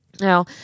Now